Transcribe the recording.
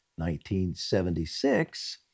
1976